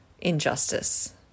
injustice